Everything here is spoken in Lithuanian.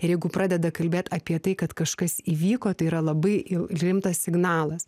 ir jeigu pradeda kalbėt apie tai kad kažkas įvyko tai yra labai il limtas signalas